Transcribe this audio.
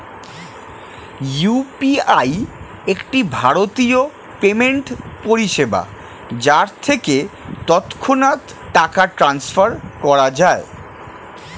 UPI একটি ভারতীয় payment পরিষেবা যার থেকে তৎক্ষণাৎ টাকা ট্রান্সফার করা যায়